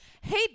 Hey